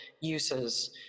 uses